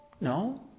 No